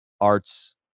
Arts